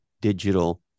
digital